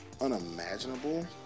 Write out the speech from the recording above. unimaginable